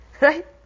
Right